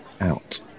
Out